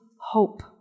hope